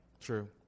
True